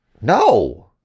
no